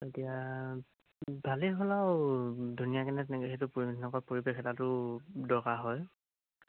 এতিয়া ভালেই হ'ল আৰু ধুনীয়াকেনে তেনেকৈ সেইটো পৰিৱেশ সেনেকুৱা পৰিৱেশ এটাৰ তোৰ দৰকাৰ হয়